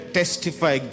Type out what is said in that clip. testify